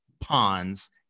pawns